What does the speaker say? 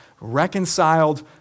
reconciled